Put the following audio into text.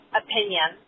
opinion